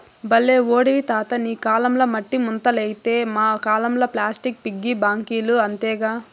బల్లే ఓడివి తాతా నీ కాలంల మట్టి ముంతలైతే మా కాలంల ప్లాస్టిక్ పిగ్గీ బాంకీలు అంతేగా